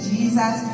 Jesus